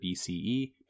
BCE